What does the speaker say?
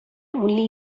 only